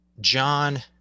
John